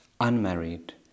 unmarried